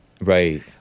Right